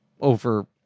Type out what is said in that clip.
over